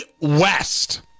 West